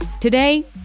Today